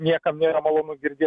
niekam nėra malonu girdėt